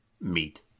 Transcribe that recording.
Meet